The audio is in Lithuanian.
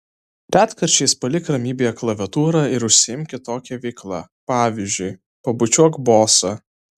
retkarčiais palik ramybėje klaviatūrą ir užsiimk kitokia veikla pavyzdžiui pabučiuok bosą